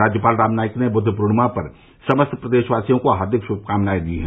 राज्यपाल राम नाईक ने बुद्ध पूर्णिमा पर समस्त प्रदेशवासियों को हार्दिक श्मकामनाएं दी हैं